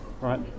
Right